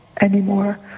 anymore